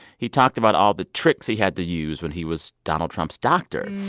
he talked about all the tricks he had to use when he was donald trump's doctor.